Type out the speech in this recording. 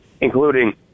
including